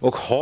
Bo Lundgren!